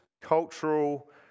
cultural